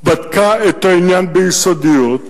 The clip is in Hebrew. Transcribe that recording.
בדקה את העניין ביסודיות,